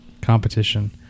competition